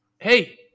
Hey